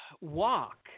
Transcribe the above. walk